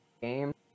game